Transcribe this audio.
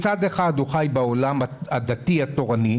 מצד אחד הוא חי בעולם הדתי התורני,